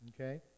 okay